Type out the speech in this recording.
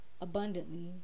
abundantly